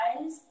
eyes